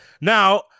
Now